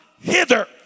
hither